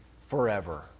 forever